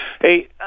Hey